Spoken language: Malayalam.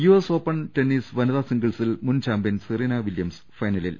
യുഎസ് ഓപ്പൺ ടെന്നീസ് വനിതാ സിംഗിൾസിൽ മുൻ ചാമ്പ്യൻ സെറീന വിലൃംസ് ഫൈനലിൽ